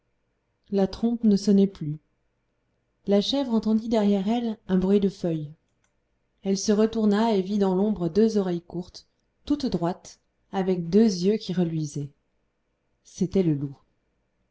la trompe ne sonnait plus la chèvre entendit derrière elle un bruit de feuilles elle se retourna et vit dans l'ombre deux oreilles courtes toutes droites avec deux yeux qui reluisaient c'était le loup